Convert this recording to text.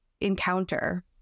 encounter